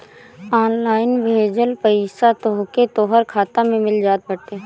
online भेजल पईसा तोहके तोहर खाता में मिल जात बाटे